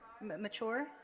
mature